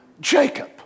Jacob